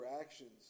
actions